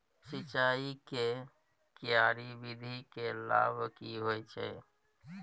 सिंचाई के क्यारी विधी के लाभ की होय छै?